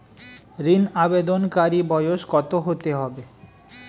ঋন আবেদনকারী বয়স কত হতে হবে?